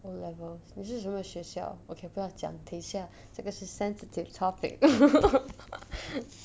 O levels 你是什么学校 okay 不要讲等一下这个 sensitive topic